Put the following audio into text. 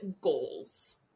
goals